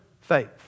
faith